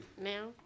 now